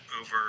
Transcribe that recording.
over